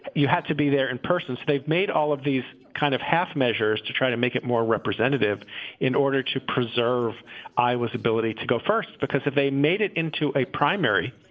you had to be there in person. they've made all of these kind of half measures to try to make it more representative in order to preserve iowa's ability to go first, because if they made it into a primary,